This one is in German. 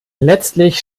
letztlich